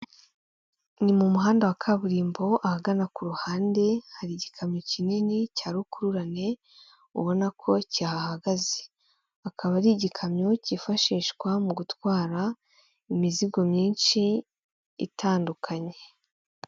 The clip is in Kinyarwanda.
Ni mu muhanda wa kaburimbo aho ahagana ku ruhande, hari igikamyo kinini cya rukururane ubona ko cyahahagaze. Akaba ari igikamyo kifashishwa mu gutwara imizigo myinshi itandukanye.